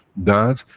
that,